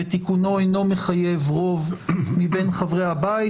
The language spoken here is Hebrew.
ותיקונו אינו מחייב רוב מבין חברי הבית.